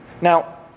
Now